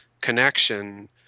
connection